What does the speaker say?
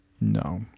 no